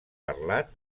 parlat